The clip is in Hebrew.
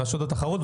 רשות התחרות,